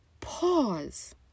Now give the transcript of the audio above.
Pause